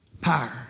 Power